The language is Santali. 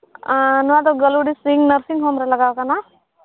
ᱚᱸᱻ ᱱᱚᱣᱟ ᱫᱚ ᱜᱟᱹᱞᱩᱰᱤ ᱥᱤᱝ ᱱᱟᱨᱥᱤᱝ ᱦᱳᱢ ᱨᱮ ᱞᱟᱜᱟᱣ ᱠᱟᱱᱟ